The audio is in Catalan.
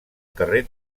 carrer